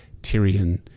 Tyrion